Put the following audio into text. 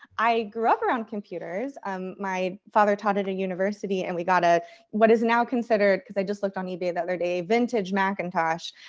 i grew up around computers. um my father taught at a university and we got ah what is now considered, cause i just looked on ebay the other day, vintage macintosh.